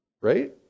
right